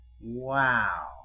Wow